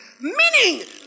meaning